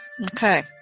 Okay